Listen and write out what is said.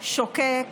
שוקק,